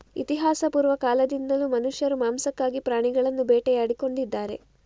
ಇತಿಹಾಸಪೂರ್ವ ಕಾಲದಿಂದಲೂ ಮನುಷ್ಯರು ಮಾಂಸಕ್ಕಾಗಿ ಪ್ರಾಣಿಗಳನ್ನು ಬೇಟೆಯಾಡಿ ಕೊಂದಿದ್ದಾರೆ